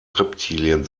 reptilien